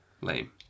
Lame